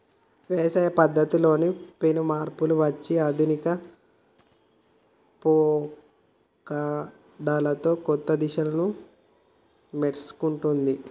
వ్యవసాయ పద్ధతుల్లో పెను మార్పులు వచ్చి ఆధునిక పోకడలతో కొత్త దిశలను మర్సుకుంటొన్ది